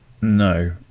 no